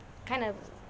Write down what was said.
kind of